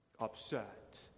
upset